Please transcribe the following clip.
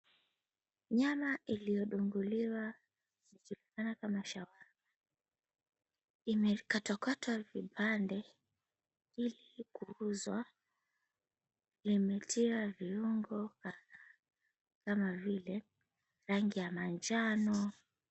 Nyama iliyodungiliwa ikonekana kama shawarma imekatwakatwa vipande ili kuuzwa na imetiwa viungo kadhaa kama vile rangi ya manjano.